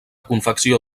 confecció